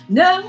no